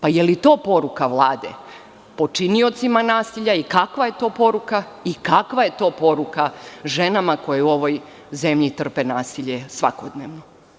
Da li je to poruka Vlade počiniocima nasilja i kakva je to poruka i kakva je to poruka ženama koje u ovoj zemlji trpe nasilje svakodnevno?